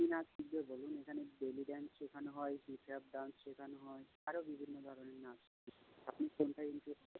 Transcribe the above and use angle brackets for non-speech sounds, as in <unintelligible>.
কী নাচ শিখবে বলুন এখানে বেলি ডান্স শেখানো হয় হিপ হপ ডান্স শেখানো হয় আরও বিভিন্ন ধরনের নাচ <unintelligible> আপনি কোনটায় ইন্টারেস্টেড